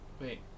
wait